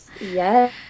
Yes